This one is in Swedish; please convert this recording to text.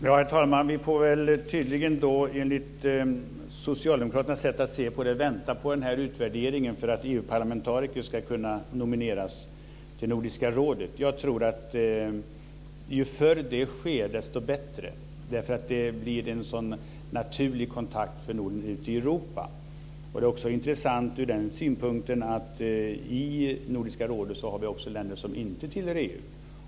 Herr talman! Vi får tydligen enligt socialdemokraternas sätt att se vänta på den här utvärderingen för att EU-parlamentariker ska kunna nomineras till Nordiska rådet. Jag tror att ju förr det sker, desto bättre, eftersom det blir en naturlig kontakt för Norden ute i Europa. Det är också intressant ur den synpunkten att vi i Nordiska rådet också har länder som inte tillhör EU.